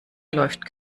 läuft